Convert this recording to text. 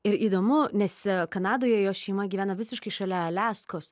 ir įdomu nes kanadoje jos šeima gyvena visiškai šalia aliaskos